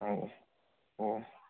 ꯑꯣꯑꯣ ꯑꯣꯑꯣ